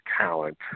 talent